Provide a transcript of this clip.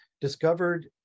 discovered